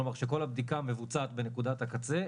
כלומר שכל הבדיקה מבוצעת בנקודת הקצה,